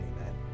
Amen